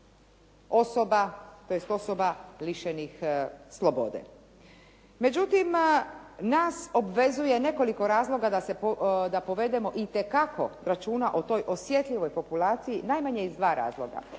osoba lišenih slobode. Međutim, nas obvezuje nekoliko razloga da povedemo itekako računa o toj osjetljivoj populaciji najmanje iz dva razloga,